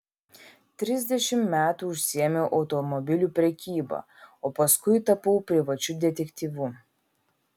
trisdešimt metų užsiėmiau automobilių prekyba o paskui tapau privačiu detektyvu